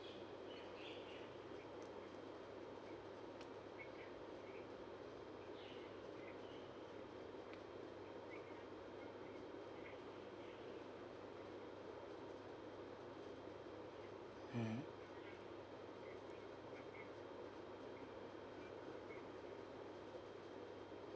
mm